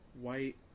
White